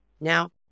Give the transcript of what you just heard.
Now